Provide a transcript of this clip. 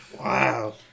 Wow